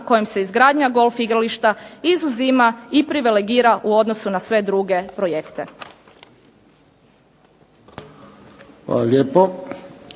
kojim se izgradnja golf igrališta izuzima i privilegira u odnosu na sve druge projekte.